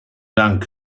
dank